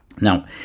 Now